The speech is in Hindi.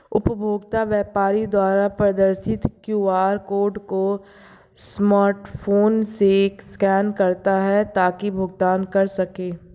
उपभोक्ता व्यापारी द्वारा प्रदर्शित क्यू.आर कोड को स्मार्टफोन से स्कैन करता है ताकि भुगतान कर सकें